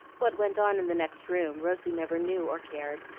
what went on in the next room rosy never knew or cared,